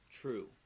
true